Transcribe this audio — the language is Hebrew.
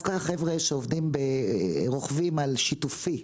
דווקא החבר'ה שרוכבים על שיתופי.